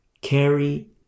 Carry